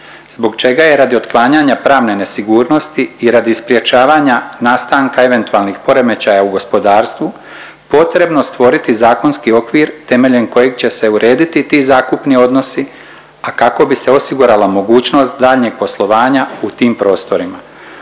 zbog čega je radi otklanjanja pravne nesigurnosti i radi sprječavanja nastanka eventualnih poremećaja u gospodarstvu, potrebno stvoriti zakonski okvir temeljem kojeg će se urediti ti zakupni odnosi, a kako bi se osigurala mogućnost daljnjeg poslovanja u tim prostorima